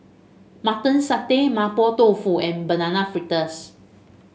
Mutton Satay Mapo Tofu and Banana Fritters